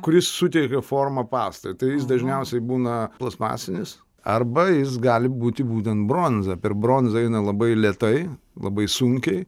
kuris suteikia formą pastai tai jis dažniausiai būna plastmasinis arba jis gali būti būtent bronza per bronzą eina labai lėtai labai sunkiai